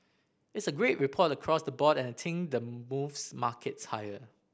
it's a great report across the board and I think the moves markets higher